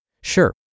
Sure